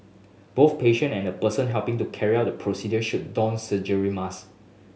both patient and the person helping to carry out the procedure should don surgery marks